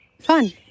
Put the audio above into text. fun